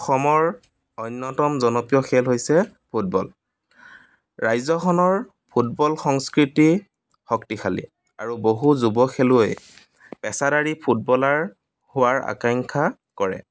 অসমৰ অন্যতম জনপ্ৰিয় খেল হৈছে ফুটবল ৰাজ্যখনৰ ফুটবল সংস্কৃতি শক্তিশালী আৰু বহু যুৱ খেলুৱৈয়ে পেচাদাৰী ফুটবলাৰ হোৱাৰ আকাংক্ষা কৰে